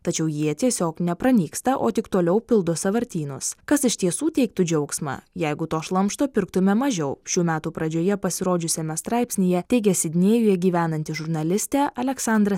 tačiau jie tiesiog nepranyksta o tik toliau pildo sąvartynus kas iš tiesų teiktų džiaugsmą jeigu to šlamšto pirktume mažiau šių metų pradžioje pasirodžiusiame straipsnyje teigė sidnėjuje gyvenanti žurnalistė aleksandra